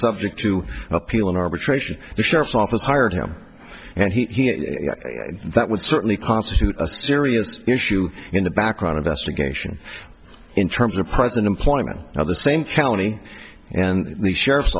subject to appeal in arbitration the sheriff's office hired him and he that was certainly constitute a serious issue in the background investigation in terms of present employment now the same county and the sheriff's